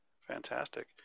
Fantastic